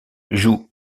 jouent